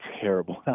terrible